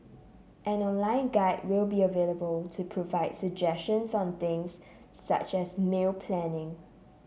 an online guide will be available to provide suggestions on things such as meal planning